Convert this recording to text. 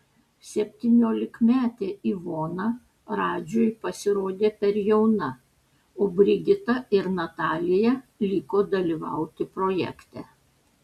septyniolikmetė ivona radžiui pasirodė per jauna o brigita ir natalija liko dalyvauti projekte